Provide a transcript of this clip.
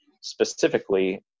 specifically